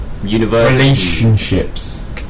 relationships